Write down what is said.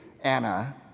Anna